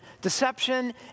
deception